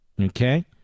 Okay